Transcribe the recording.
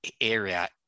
area